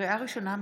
לקריאה ראשונה,